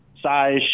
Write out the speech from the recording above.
size